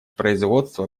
производства